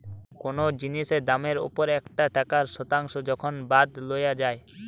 কোনো জিনিসের দামের ওপর একটা টাকার শতাংশ যখন বাদ লওয়া যাই